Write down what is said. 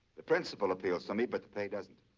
the principle appeals to me, but the pay doesn't.